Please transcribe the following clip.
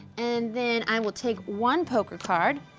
and then i will take one poker card,